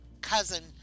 cousin